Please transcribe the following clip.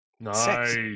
Nice